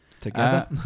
together